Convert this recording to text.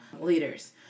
leaders